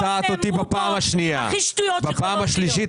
כתוב 1948 ועל החולצות כתוב השיבה היא הזכות שלנו וזה הרצון שלנו.